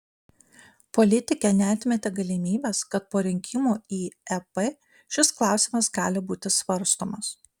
politikė neatmetė galimybės kad po rinkimų į ep šis klausimas gali būti svarstomas